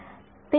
विद्यार्थी